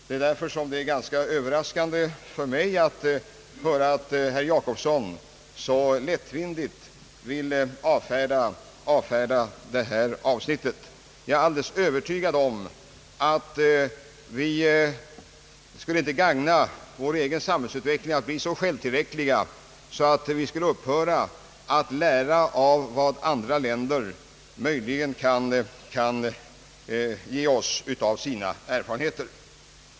Det är därför ganska överraskande för mig att höra hur herr Jacobsson så lättvindigt vill avfärda detta avsnitt. Jag är alldeles övertygad om att det inte skulle gagna vår egen samhällsutveckling om vi vore så självtillräckliga att vi skulle upphöra att lära av vad andra länder möjligen kan ge oss av sina erfarenheter.